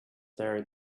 there